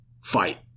fight